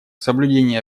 соблюдение